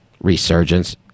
resurgence